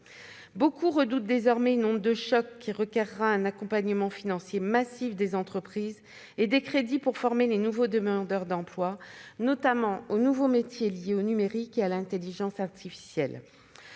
Beaucoup redoutent désormais une onde de choc, qui requerra un accompagnement financier massif des entreprises, et des crédits pour former les nouveaux demandeurs d'emploi, notamment aux nouveaux métiers liés au numérique et à l'intelligence artificielle.